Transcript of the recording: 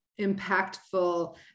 impactful